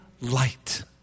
light